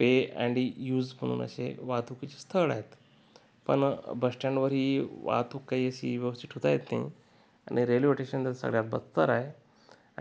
pay and use म्हणून असे वाहतुकीची स्थळ आहेत पण बस स्टँडवरही वाहतूक काही अशी व्यवस्थित ठेवता येत नाही आणि रेल्वे टेशन तर सगळ्यात बत्तर आहे